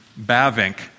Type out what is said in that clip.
Bavink